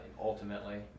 ultimately